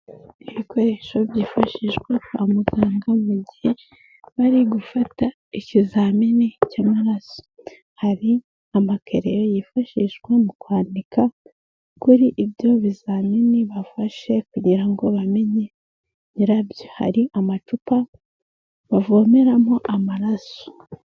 Ibikoresho byifashishwa kwa muganga mu gihe bari gufata ikizamini cy'amaraso, hari amakereyo yifashishwa mu kwandika kuri ibyo bizamini bafashe kugira ngo bamenye nyirabyo, hari amacupa bavomeramo amaraso.